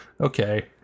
Okay